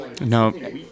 No